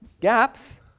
gaps